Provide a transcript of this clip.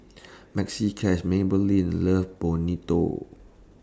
Maxi Cash Maybelline Love Bonito